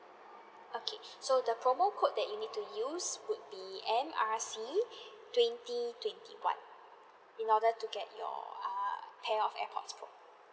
okay so the promo code that you need to use would be M R C twenty twenty one in order to get your err pair of airpods pro